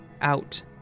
out